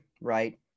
right